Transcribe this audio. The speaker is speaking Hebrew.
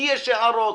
לי יש הערות,